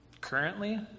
Currently